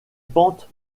pentes